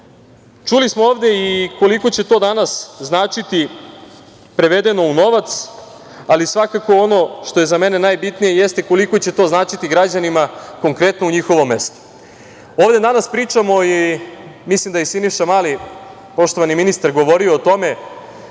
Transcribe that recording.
smo to ovde i koliko će to danas značiti prevedeno u novac, ali svakako ono što je za mene najbitnije jeste koliko će to značiti građanima konkretno u njihovom mestu. Ovde danas pričamo i mislim da je ministar Mali, poštovani ministar, govorio o tome,